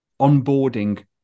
onboarding